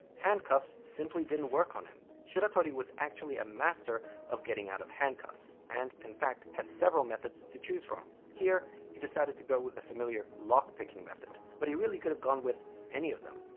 handcuffs simply didn't work on him. shiratori was actually a master of getting out of handcuffs. and in fact, had several methods to choose from. here he decided to go with the familiar lock picking method. but he really could have gone with any of them.